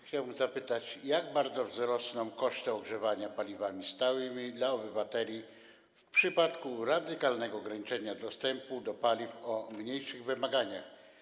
Chciałbym zapytać, jak bardzo wzrosną koszty ogrzewania paliwami stałymi dla obywateli w przypadku radykalnego ograniczenia dostępu do paliw o mniejszych wymaganiach.